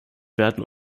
werden